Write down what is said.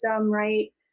right